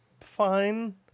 fine